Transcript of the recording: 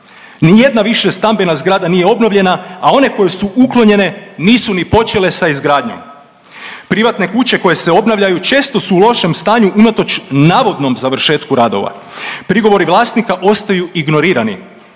Nijedna više stambena zgrada nije obnovljena, a one koje su uklonjene nisu ni počele sa izgradnjom. Privatne kuće koje se obnavljaju često su u lošem stanju unatoč navodnom završetku radova. Prigovori vlasnika ostaju ignorirani.